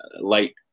light